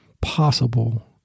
possible